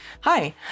Hi